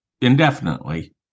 Indefinitely